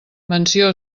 menció